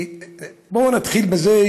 בואו נתחיל בזה